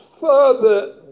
further